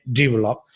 develop